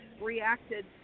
reacted